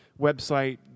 website